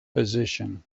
position